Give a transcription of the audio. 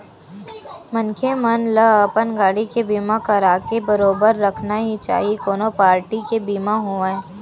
मनखे मन ल अपन गाड़ी के बीमा कराके बरोबर रखना ही चाही कोनो पारटी के बीमा होवय